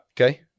Okay